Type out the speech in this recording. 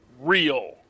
real